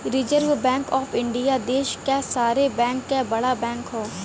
reserve bank of India देश क सारे बैंक क बड़ा बैंक हौ